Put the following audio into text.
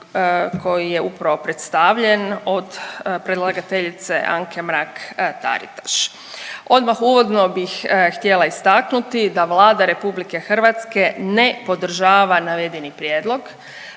koji je upravo predstavljen od predlagateljice Anke Mrak-Taritaš. Odmah uvodno bih htjela istaknuti da Vlada Republike Hrvatske ne podržava navedeni prijedlog.